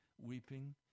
weeping